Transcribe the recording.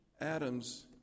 Adam's